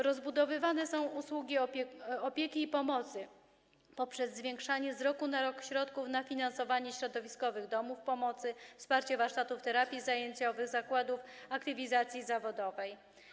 Rozbudowywane są usługi opieki i pomocy poprzez zwiększanie z roku na rok środków na finansowanie środowiskowych domów pomocy, wsparcie warsztatów terapii zajęciowych, zakładów aktywizacji zawodowej.